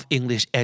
English